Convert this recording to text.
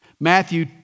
Matthew